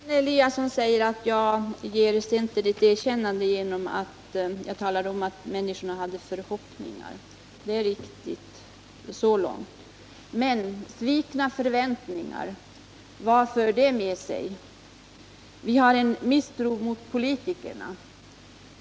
Herr talman! Anna Eliasson säger att jag ger centern ett erkännande genom att tala om att människor hade förhoppningar. Det är riktigt så långt. Men svikna förväntningar, vad för de med sig? Det finns en misstro mot politikerna.